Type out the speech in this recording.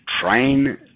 Train